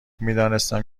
میدانستم